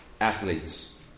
athletes